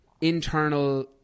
internal